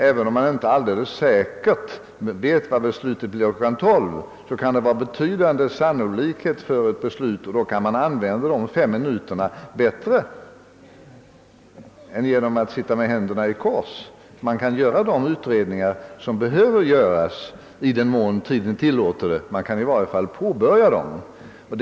Även om man inte alldeles säkert vet vad beslutet blir klockan tolv, kan det finnas en betydande sannolikhet för ett visst beslut, och då kan man utnyttja dessa fem minuter bättre än till att sitta med händerna i kors. Man kan göra de utredningar som behöver göras i den mån tiden tillåter det; man kan i varje fall påbörja dem.